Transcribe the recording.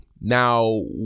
Now